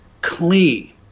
clean